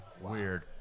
weird